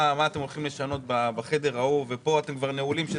מה אתם הולכים לשנות בחדר ההוא וכאן אתם כבר נעולים,